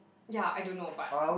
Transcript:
ya I don't know but